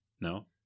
No